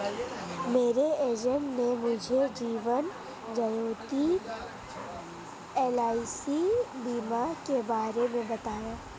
मेरे एजेंट ने मुझे जीवन ज्योति एल.आई.सी बीमा के बारे में बताया